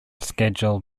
schedule